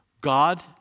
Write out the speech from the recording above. God